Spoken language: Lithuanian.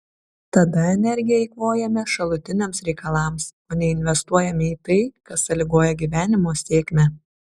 tada energiją eikvojame šalutiniams reikalams o neinvestuojame į tai kas sąlygoja gyvenimo sėkmę